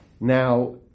Now